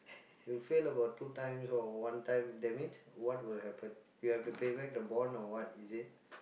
you fail about two times or one time that means what will happen you have to pay back the bond or what is it